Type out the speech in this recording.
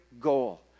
goal